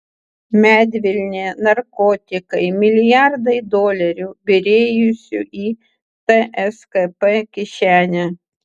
medvilnė narkotikai milijardai dolerių byrėjusių į tskp kišenę